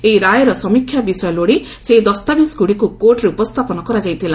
ଏହି ରାୟର ସମୀକ୍ଷା ବିଷୟ ଲୋଡ଼ି ସେହି ଦସ୍ତାବିଜ୍ଗୁଡ଼ିକୁ କୋର୍ଟରେ ଉପସ୍ଥାପନ କରାଯାଇଥିଲା